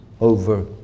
over